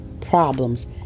problems